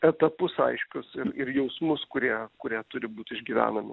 etapus aiškius ir jausmus kurie kurie turi būt išgyvenami